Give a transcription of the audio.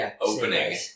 opening